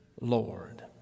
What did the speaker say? Lord